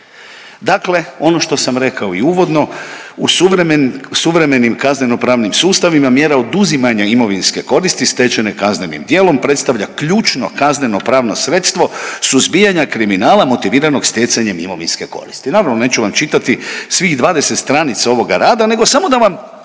Dakle, ono što sam rekao i uvodno u suvremen… suvremenim kazneno-pravnim sustavima mjera oduzimanja imovinske koriste stečene kaznenim djelom predstavlja ključno kazneno-pravno sredstvo suzbijanja kriminala motiviranog stjecanjem imovinske koristi.